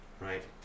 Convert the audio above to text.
right